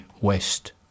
west